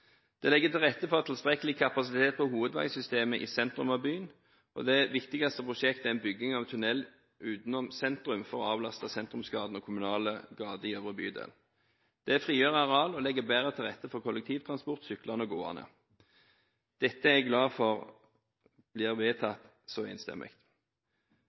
Det legger til rette for tilstrekkelig kapasitet på hovedveisystemet i sentrum av byen, og det viktigste prosjektet er en bygging av tunnel utenom sentrum for å avlaste sentrumsgatene og kommunale gater i øvre bydel. Det frigjør areal og legger bedre til rette for kollektivtransport, syklende og gående. Dette er jeg glad for blir vedtatt så enstemmig.